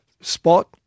spot